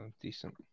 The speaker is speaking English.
decent